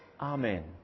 Amen